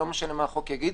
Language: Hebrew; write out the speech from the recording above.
ומשנה מה החוק יגיד,